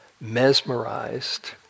mesmerized